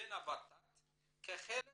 לבין הות"ת כחלק